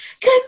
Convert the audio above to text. good